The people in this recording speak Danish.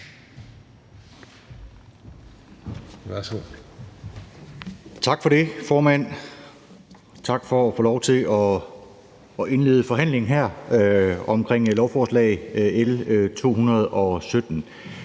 Tak for det, formand, tak for at få lov til at indlede forhandlingen her om lovforslag nr.